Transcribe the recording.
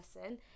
person